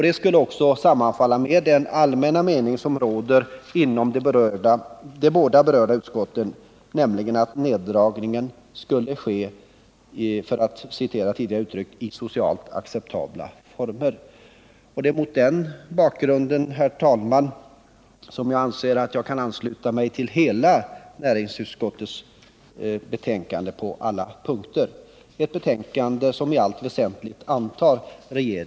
Det skulle också sammanfalla med den allmänna mening som råder inom de båda berörda utskotten, nämligen att neddragningen skulle ske — för att citera ett tidigare använt uttryck — i socialt acceptabla former. Det är mot den bakgrunden, herr talman, som jag anser att jag kan ansluta mig till näringsutskottets betänkande på alla punkter.